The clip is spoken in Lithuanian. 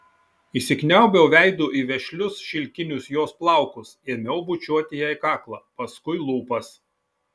įsikniaubiau veidu į vešlius šilkinius jos plaukus ėmiau bučiuoti jai kaklą paskui lūpas